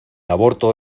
aborto